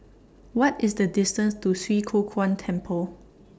What IS The distance to Swee Kow Kuan Temple